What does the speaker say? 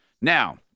Now